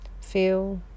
Feel